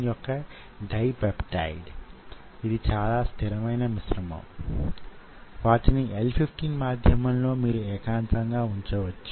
మరొక విధంగా చెప్పాలంటే అది యెంత వేగంతో సంకోచిస్తుందనేది దాని వేగం మీద ఆధారపడి ఉంటుంది